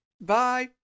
Bye